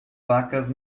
vacas